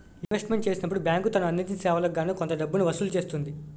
investment చేసినప్పుడు bank తను అందించిన సేవలకు గాను కొంత డబ్బును వసూలు చేస్తుంది